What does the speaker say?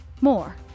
More